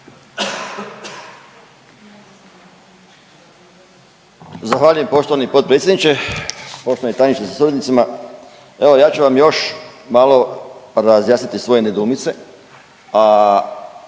Zahvaljujem poštovani potpredsjedniče, poštovani tajniče sa suradnicima. Evo ja ću vam još malo razjasniti svoje nedoumice,